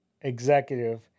executive